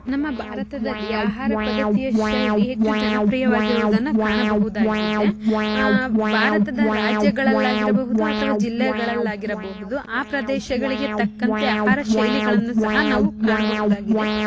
ನಮ್ಮ ಭಾರತದಲ್ಲಿ ಆಹಾರ ಪದ್ದತಿಯ ಶೈಲಿ ಹೆಚ್ಚು ಜನಪ್ರಿಯವಾಗಿರುವುದನ್ನು ಕಾಣಬಹುದಾಗಿದೆ ಭಾರತದ ರಾಜ್ಯಗಳಲ್ಲಾಗಿರಬಹುದು ಅಥವಾ ಜಿಲ್ಲೆಗಳಲ್ಲಾಗಿರಬಹುದು ಆ ಪ್ರದೇಶಗಳಿಗೆ ತಕ್ಕಂತೆ ಆಹಾರ ಶೈಲಿಗಳನ್ನು ಸಹ ನಾವು ಕಾಣಬಹುದಾಗಿದೆ